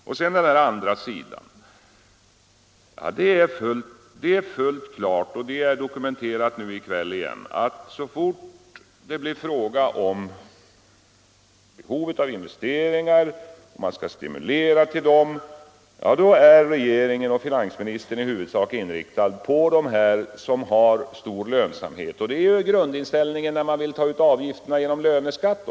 Å andra sidan är det fullt klart, och det har dokumenterats i kväll igen, att så fort det blir fråga om behov av investeringar och att stimulera dessa är regeringen och finansministern i huvudsak inriktade på de företag som har stor lönsamhet. Det är också grundinställningen när det gäller uttag av avgifter genom löneskatt.